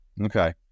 Okay